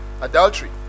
adultery